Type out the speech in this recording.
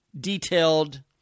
detailed